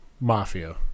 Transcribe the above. mafia